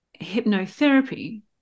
hypnotherapy